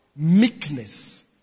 Meekness